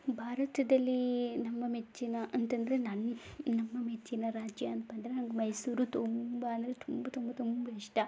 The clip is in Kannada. ಭಾರತದಲ್ಲಿ ನಮ್ಮ ಮೆಚ್ಚಿನ ಅಂತ ಅಂದ್ರೆ ನನ್ನ ನಮ್ಮ ಮೆಚ್ಚಿನ ರಾಜ್ಯ ಅಂತ ಅಂದ್ರೆ ಮೈಸೂರು ತುಂಬ ಅಂದರೆ ತುಂಬ ತುಂಬ ತುಂಬ ಇಷ್ಟ